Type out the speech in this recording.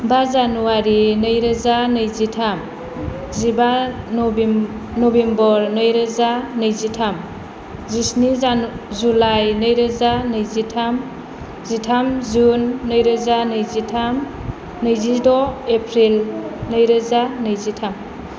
बा जानुवारि नैरोजा नैजिथाम जिबा नभेम्बर नैरोजा नैजिथाम जिस्नि जुलाइ नैरोजा नैजिथाम जिथाम जुन नैरोजा नैजिथाम नैजिद' एप्रिल नैरोजा नैजिथाम